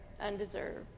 undeserved